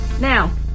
Now